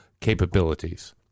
capabilities